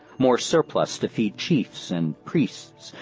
more surplus to feed chiefs and priests,